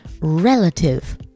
relative